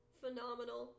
phenomenal